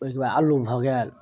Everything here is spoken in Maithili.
ओहिके बाद आलू भऽ गेल